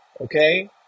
Okay